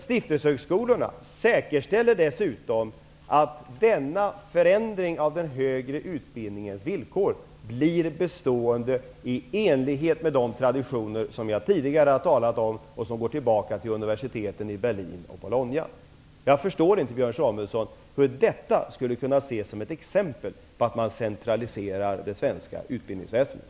Stiftelsehögskolorna säkerställer dessutom att denna förändring av den högre utbildningens villkor blir bestående, i enlighet med de traditioner som jag tidgare har talat om och som går tillbaka till universiteten i Berlin och Bologna. Jag förstår inte, Björn Samuelson, hur detta skulle kunna ses som ett exempel på att vi centraliserar det svenska utbildningsväsendet.